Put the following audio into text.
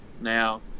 Now